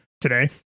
today